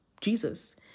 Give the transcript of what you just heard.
Jesus